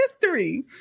history